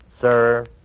sir